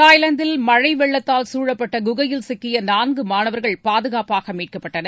தாய்லாந்தில் மழை வெள்ளத்தால் சூழப்பட்ட குகையில் சிக்கிய நான்கு மாணவர்கள் பாதுகாப்பாக மீட்கப்பட்டனர்